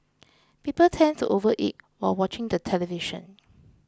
people tend to overeat while watching the television